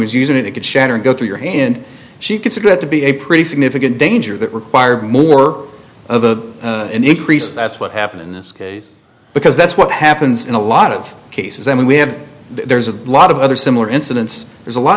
was using it it could shatter and go through your hand she considered to be a pretty significant danger that required more of the increase that's what happened in this case because that's what happens in a lot of cases i mean we have there's a lot of other similar incidents there's a lot